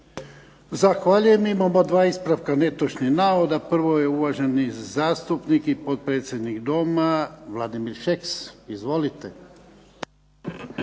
Zahvaljujem. Imamo 2 ispravka netočnih navoda. Prvo je uvaženi zastupnik i potpredsjednik Doma Vladimir Šeks. Izvolite.